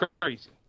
crazy